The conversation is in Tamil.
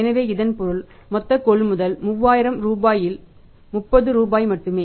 எனவே இதன் பொருள் மொத்த கொள்முதல் 3000 ரூபாயில் 30 ரூபாய் மட்டுமே